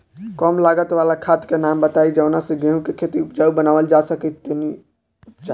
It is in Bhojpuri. कम लागत वाला खाद के नाम बताई जवना से गेहूं के खेती उपजाऊ बनावल जा सके ती उपजा?